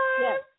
Yes